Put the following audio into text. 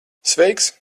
sveiks